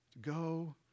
go